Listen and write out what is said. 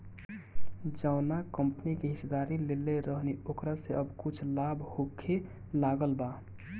जावना कंपनी के हिस्सेदारी लेले रहनी ओकरा से अब कुछ लाभ होखे लागल बा